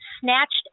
snatched